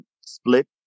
split